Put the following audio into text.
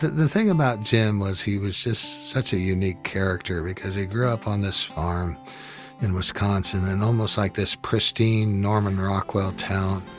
the thing about jim was he was just such a unique character because he grew up on this farm in wisconsin and almost like this pristine norman rockwell town.